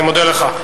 אני מודה לך.